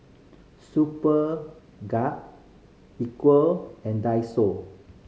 Superga Equal and Daiso